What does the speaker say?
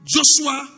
Joshua